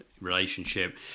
relationship